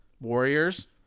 Warriors